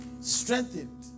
strengthened